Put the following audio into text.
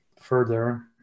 further